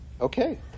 okay